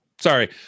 Sorry